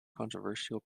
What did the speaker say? controversial